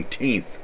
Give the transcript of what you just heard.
19th